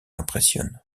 impressionne